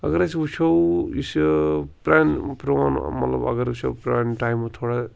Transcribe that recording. اَگر أسۍ وٕچھو یُس یہِ پرٛانہِ پرٛون مطلب اَگر وٕچھو پرٛانہِ ٹایمہٕ تھوڑا